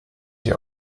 die